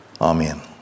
amen